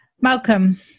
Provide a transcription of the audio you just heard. Malcolm